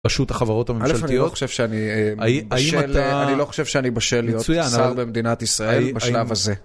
פשוט החברות הממשלתיות. אלף, אני לא חושב שאני בשל להיות שר במדינת ישראל בשלב הזה.